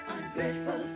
Ungrateful